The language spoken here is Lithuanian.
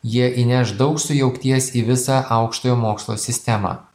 jie įneš daug sujaukties į visą aukštojo mokslo sistemą